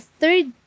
third